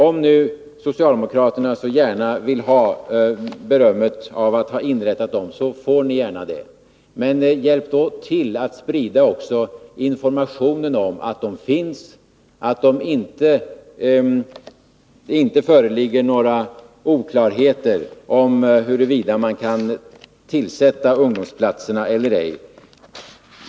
Om nu socialdemokraterna så gärna vill ha berömmet för att ha inrättat ungdomsplatserna, så får ni gärna det. Men hjälp då också till att sprida informationen om att de finns och om att det inte föreligger några oklarheter om huruvida man kan besätta ungdomsplatserna eller ej!